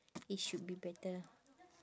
it should be better